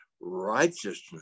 righteousness